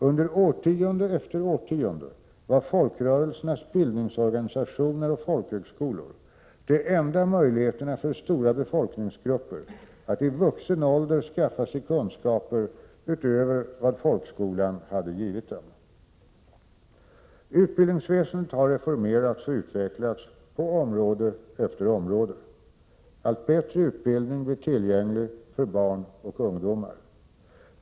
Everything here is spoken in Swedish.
Under årtionde efter årtionde var folkrörelsernas bildningsorganisationer och folkhögskolor de enda möjligheterna för stora befolkningsgrupper att i vuxen ålder skaffa sig kunskaper utöver vad folkskolan hade givit dem. Utbildningsväsendet har reformerats och utvecklats på område efter område. Allt bättre utbildning blir tillgänglig för barn och ungdomar.